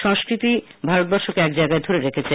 সংস্কৃতি ভারতবর্ষকে এক জায়গায় ধরে রেখেছে